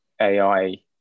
AI